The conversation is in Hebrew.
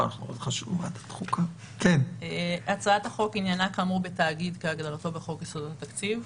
עניינה של הצעת החוק כאמור בתאגיד כהגדרתו בחוק יסודות התקציב,